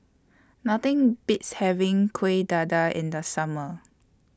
Nothing Beats having Kuih Dadar in The Summer